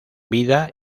vida